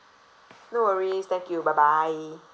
no worries thank you bye bye